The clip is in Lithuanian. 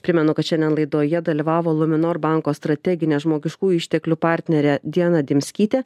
primenu kad šiandien laidoje dalyvavo luminor banko strateginė žmogiškųjų išteklių partnerė diana dimskytė